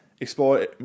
explore